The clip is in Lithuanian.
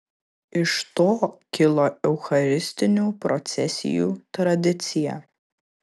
iš to kilo eucharistinių procesijų tradicija